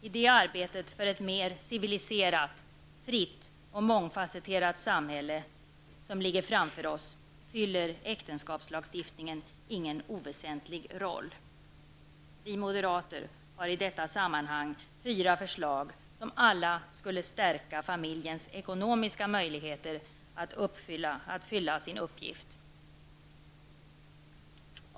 I det arbetet för ett mer civiliserat, fritt och mångfasetterat samhälle som ligger framför oss fyller äktenskapslagstiftningen ingen oväsentlig roll. Vi moderater har i detta sammanhang fyra förslag, som alla skulle stärka familjens ekonomiska möjligheter att fylla sin uppgift.